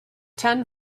ten